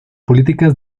políticas